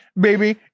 Baby